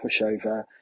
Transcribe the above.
pushover